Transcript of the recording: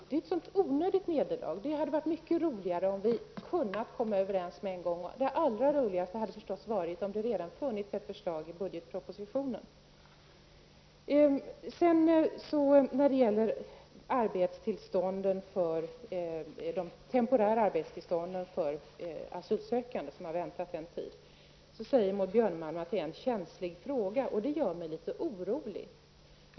Det var ett onödigt nederlag. Det hade varit mycket roligare om vi hade kunnat komma överens med en gång. Det allra roligaste hade förstås varit om det redan i budgetpropositionen hade funnits ett förslag. Björnemalm är en känslig fråga. Det gör mig litet orolig.